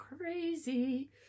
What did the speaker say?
crazy